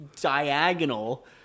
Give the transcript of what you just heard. diagonal